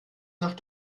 nach